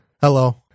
Hello